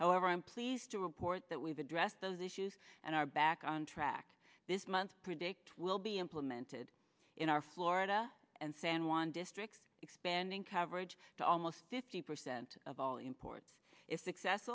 however i'm pleased to report that we've addressed those issues and are back on track this month predict will be implemented in our florida and san juan district expanding coverage to almost fifty percent of all imports if